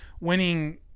winning